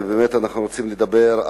ובאמת אנחנו רוצים לדבר,